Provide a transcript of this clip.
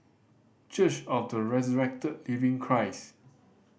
Church of the Resurrected Living Christ